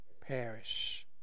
perish